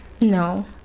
No